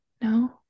no